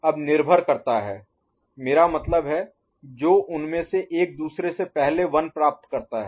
अब निर्भर करता है मेरा मतलब है जो उनमें से एक दूसरे से पहले 1 प्राप्त करता है